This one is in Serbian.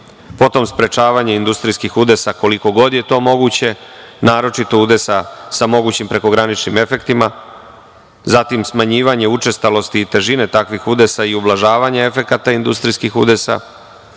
Potom sprečavanje industrijskih udesa koliko god je to moguće, naročito udesa sa mogućim prekograničnim efektima, zatim smanjivanje učestalosti i težine takvih udesa i ublažavanje efekata industrijskih udesa,